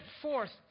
forth